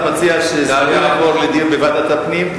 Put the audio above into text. אתה מציע שזה יעבור לדיון בוועדת הפנים?